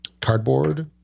cardboard